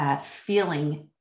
feeling